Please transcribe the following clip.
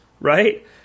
right